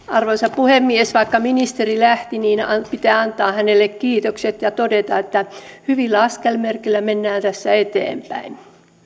arvoisa puhemies vaikka ministeri lähti pitää antaa hänelle kiitokset ja todeta että hyvillä askelmerkeillä mennään tässä eteenpäin